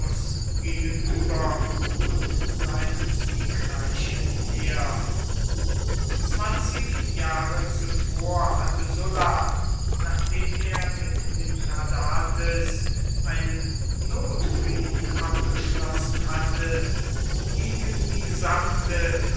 gegenüber und seinem siegreichen heer zwanzig jahre zuvor hatte sulla nachdem er mit mithradates einen notfrieden abgeschlossen hatte gegen die gesamte